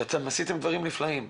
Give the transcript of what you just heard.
שאתם עשיתם דברים נפלאים,